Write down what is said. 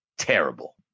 terrible